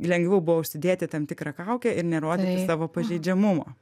lengviau buvo užsidėti tam tikrą kaukę ir nerodyti savo pažeidžiamumo